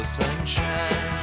sunshine